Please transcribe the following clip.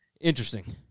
Interesting